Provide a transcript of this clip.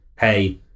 hey